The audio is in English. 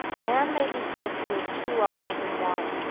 man may be said to live two lives in one,